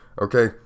Okay